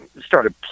started